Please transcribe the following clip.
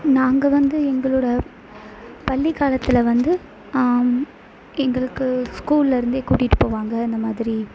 நாங்கள் வந்து எங்களோட பள்ளி காலத்தில் வந்து எங்களுக்கு ஸ்கூலில் இருந்தே கூட்டிகிட்டு போவாங்க இந்த மாதிரி